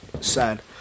sad